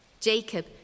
Jacob